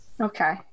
Okay